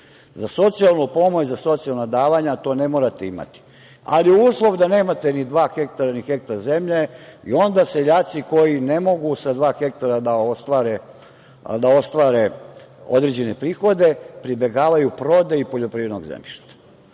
socijalnu pomoć, za socijalna davanja to ne morate imati, ali uslov da nemate ni dva hektara, ni hektar zemlje i onda seljaci koji ne mogu sa dva hektara da ostvare određene prihode pribegavaju prodaji poljoprivrednog zemljišta.